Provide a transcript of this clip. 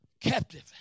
captive